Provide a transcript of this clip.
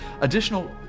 additional